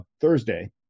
Thursday